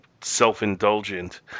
self-indulgent